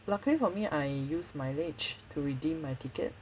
luckily for me I use mileage to redeem my ticket